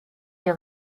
est